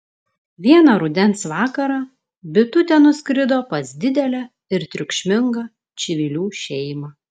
vieną rudens vakarą bitutė nuskrido pas didelę ir triukšmingą čivilių šeimą